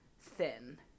thin